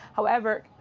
however,